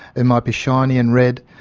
it might be shiny and red.